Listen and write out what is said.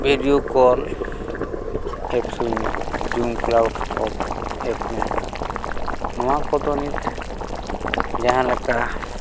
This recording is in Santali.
ᱵᱷᱤᱰᱤᱭᱳ ᱠᱚᱞ ᱮᱯᱥ ᱢᱮᱱᱟᱜᱼᱟ ᱡᱩᱢ ᱠᱚᱞ ᱮᱯ ᱢᱮᱱᱟᱜᱼᱟ ᱱᱚᱣᱟ ᱠᱚᱫᱚ ᱱᱤᱛ ᱡᱟᱦᱟᱸᱞᱮᱠᱟ